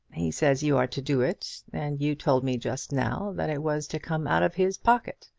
he says you are to do it and you told me just now that it was to come out of his pocket.